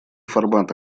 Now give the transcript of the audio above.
формат